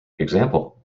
example